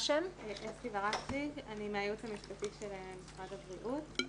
אני מהייעוץ המשפטי של משרד הבריאות,